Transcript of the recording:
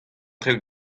traoù